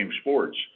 sports